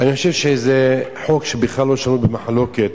ואני חושב שזה חוק שבכלל לא שנוי במחלוקת.